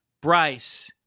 bryce